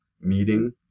meeting